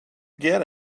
get